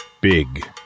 Big